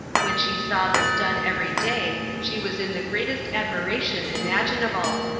when she saw this done every day, she was in the greatest admiration imaginable,